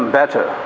better